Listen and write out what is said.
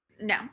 No